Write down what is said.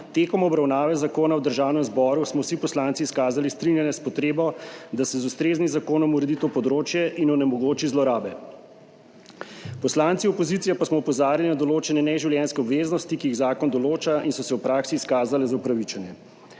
Med obravnavo zakona v Državnem zboru smo vsi poslanci izkazali strinjanje s potrebo, da se z ustreznim zakonom uredi to področje in onemogoči zlorabe. Poslanci opozicije pa smo opozarjali na določene neživljenjske obveznosti, ki jih zakon določa in so se v praksi izkazale za upravičene.